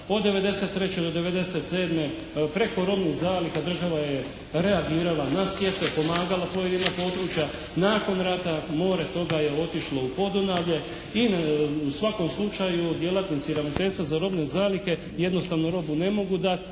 od '93. do '97. preko robnih zaliha država je reagirala na sjetve, pomagala pojedina područja. Nakon rata more toga je otišlo u Podunavlje i u svakom slučaju djelatnici Ravnateljstva za robne zalihe jednostavno robu ne mogu dati,